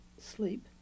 sleep